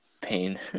Pain